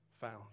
found